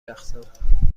رقصم